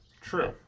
True